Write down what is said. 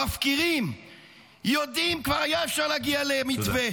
המפקירים יודעים שכבר היה אפשר להגיע למתווה,